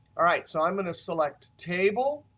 all right so i'm going to select table,